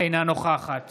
אינה נוכחת